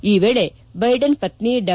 ಈ ವೇಳೆ ಬೈಡನ್ ಪತ್ನಿ ಡಾ